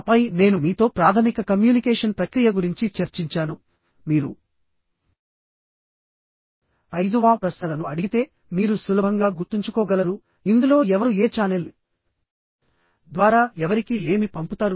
ఆపై నేను మీతో ప్రాథమిక కమ్యూనికేషన్ ప్రక్రియ గురించి చర్చించాను మీరు ఐదు WH ప్రశ్నలను అడిగితే మీరు సులభంగా గుర్తుంచుకోగలరు ఇందులో ఎవరు ఏ ఛానెల్ ద్వారా ఎవరికి ఏమి పంపుతారు